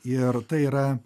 ir tai yra